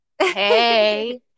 Hey